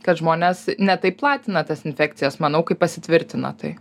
kad žmonės ne taip platina tas infekcijas manau kai pasitvirtina tai